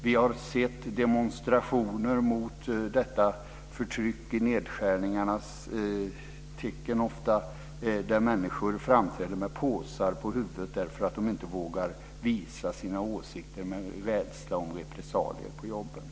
Vi har sett demonstrationer mot detta förtryck i nedskärningarnas tecken där människor ofta framträder med påsar på huvudet därför att de inte vågar framföra sina åsikter på grund av rädsla för repressalier på jobben.